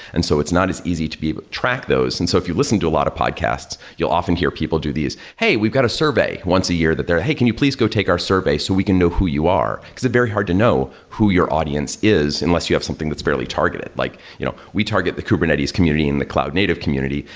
and so it's not as easy to be able to but track those. and so if you listen to a lot of podcasts, you'll often hear people do these, hey, we've got a survey once a year, that they're, hey, can you please go take our survey so we can know who you are? because it's very hard to know who your audience is, unless you have something that's fairly targeted. like you know we target the kubernetes community and the cloud native community.